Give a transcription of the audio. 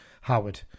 Howard